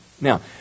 Now